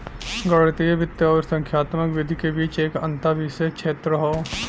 गणितीय वित्त आउर संख्यात्मक विधि के बीच एक अंतःविषय क्षेत्र हौ